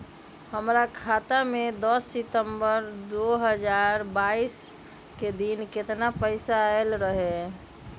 हमरा खाता में दस सितंबर दो हजार बाईस के दिन केतना पैसा अयलक रहे?